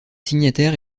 signataires